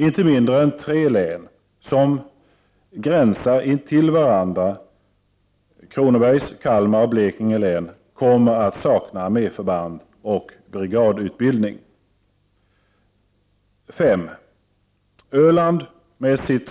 Inte mindre än tre län, Kronoberg, Kalmar och Blekinge, som gränsar till varandra kommer att sakna arméförband och brigadutbildning. För det femte har Öland med sitt